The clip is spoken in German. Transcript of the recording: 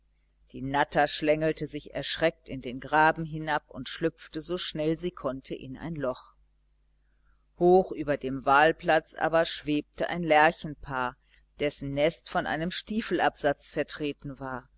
die natter schlängelte sich erschreckt in den graben hinab und schlüpfte so schnell sie konnte in ein loch hoch über dem walplatz aber schwebte ein lerchenpaar dessen nest von einem stiefelabsatz zertreten war